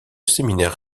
séminaire